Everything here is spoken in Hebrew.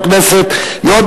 חבר הכנסת דוד אזולאי,